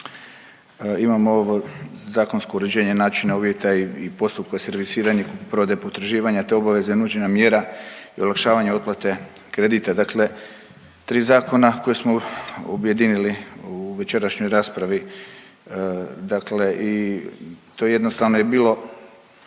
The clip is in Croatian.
imam ovo zakonsko uređenje načina, uvjeta i postupka servisiranja kupoprodaje potraživanja te obaveze nuđenja mjera i olakšavanja otplate kredita. Dakle 3 zakona koja smo objedinili u večerašnjoj raspravi, dakle i to je jednostavno bilo